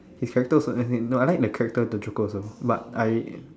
his character also as in no I like the character the joker also but I